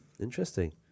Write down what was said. interesting